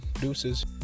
Deuces